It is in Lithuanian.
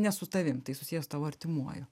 ne su tavim tai susiję su tavo artimuoju